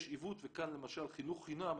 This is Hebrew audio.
יש עיוות וכאן למשל חינוך חינם,